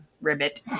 Ribbit